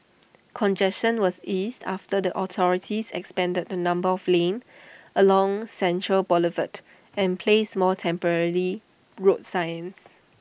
congestion was eased after the authorities expanded the number of lanes along central Boulevard and placed more temporary road signs